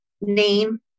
name